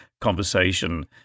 conversation